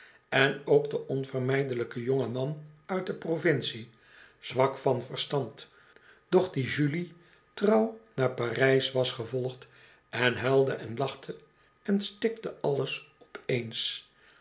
en ook den onvermijdelijken jongen man uit de provincie zwak van verstand doch die julie trouw naar parijs was gevolgd en huilde en lachte en stikte alles op eens